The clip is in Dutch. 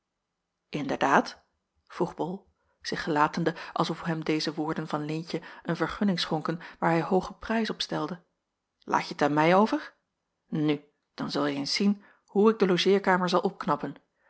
inderdaad vroeg bol zich gelatende als of hem deze woorden van leentje een vergunning schonken waar hij hoogen prijs op stelde laatje t aan mij over nu dan zulje eens zien hoe ik de logeerkamer zal opknappen